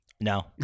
No